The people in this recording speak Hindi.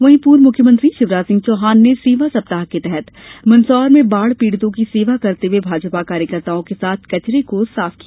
वहीं पूर्व मुख्यमंत्री शिवराज सिंह चौहान ने सेवा सप्ताह के तहत मंदसौर में बाढ़ पीड़ितों की सेवा करते हुए भाजपा कार्यकर्ताओं के साथ कचरे को साफ किया